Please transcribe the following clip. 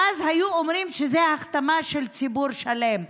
ואז היו אומרים שזה הכתמה של ציבור שלם.